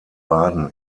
baden